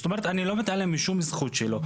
זאת אומרת אני לא מתעלם משום זכות שלו,